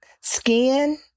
skin